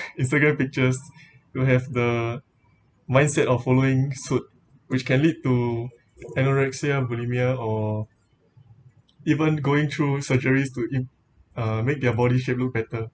instagram pictures you'll have the mindset of following suit which can lead to anorexia bulimia or even going through surgeries to im~ uh make their body shape look better